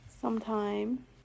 Sometime